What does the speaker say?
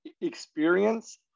experience